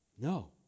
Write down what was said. No